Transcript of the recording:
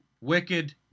wicked